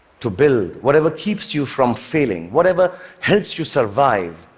to build, whatever keeps you from failing, whatever helps you survive,